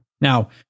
Now